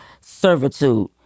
servitude